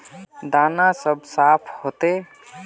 दाना सब साफ होते?